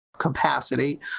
capacity